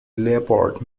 leopold